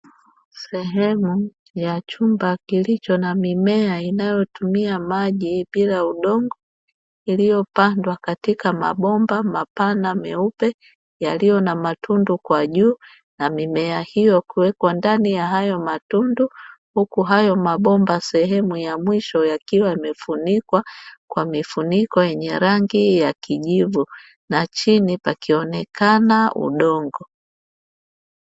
Sehemu ya chumba kilicho na mimea inayotumia maji bila udongo iliyopandwa katika mabomba mapana meupe yalio na matundu kwa juu na mimea hiyo kuwekwa ndani ya hayo matundu, huku hayo mabomba sehemu ya mwisho yakiwa yamefunikwa kwa mifuniko yenye rangi ya kijivu na chini pakionekana udongo.